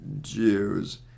Jews